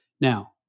Now